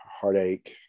heartache